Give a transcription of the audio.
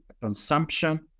consumption